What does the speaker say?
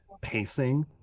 pacing